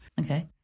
Okay